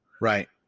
Right